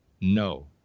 No